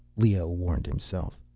leoh warned himself.